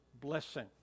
blessing